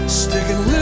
sticking